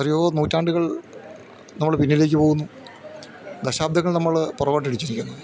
എത്രയോ നൂറ്റാണ്ടുകൾ നമ്മൾ പിന്നിലേക്ക് പോകുന്നു ദശാബ്ദങ്ങൾ നമ്മൾ പുറകോട്ട് അടിച്ചിരിക്കുന്നു